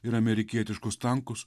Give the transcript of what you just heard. ir amerikietiškus tankus